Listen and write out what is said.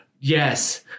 Yes